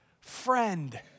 Friend